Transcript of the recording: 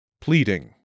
Pleading